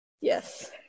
Yes